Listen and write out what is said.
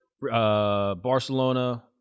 Barcelona